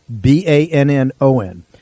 B-A-N-N-O-N